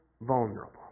vulnerable